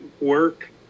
work